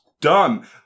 Done